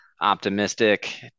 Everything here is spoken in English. optimistic